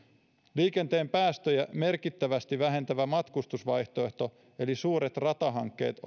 liikenteen päästöjä merkittävästi vähentävä matkustusvaihtoehto eli suuret ratahankkeet